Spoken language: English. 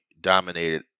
dominated